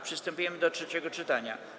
Przystępujemy do trzeciego czytania.